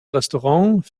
restaurant